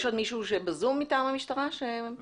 יש עוד מישהו שמשתתף מטעם המשטרה ב-זום?